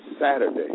Saturday